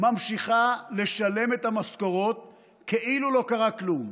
ממשיכה לשלם את המשכורת כאילו לא קרה כלום.